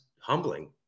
humbling